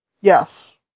Yes